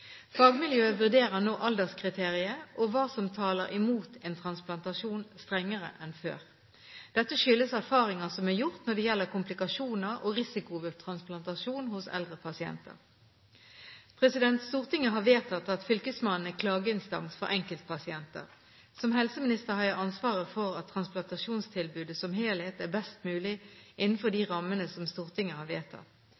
Fagmiljøet vurderer nå alderskriteriet og hva som taler imot en transplantasjon, strengere enn før. Dette skyldes erfaringer som er gjort når det gjelder komplikasjoner og risiko ved transplantasjon hos eldre pasienter. Stortinget har vedtatt at fylkesmannen er klageinstans for enkeltpasienter. Som helseminister har jeg ansvaret for at transplantasjonstilbudet som helhet er best mulig innenfor